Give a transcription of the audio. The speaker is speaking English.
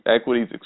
equities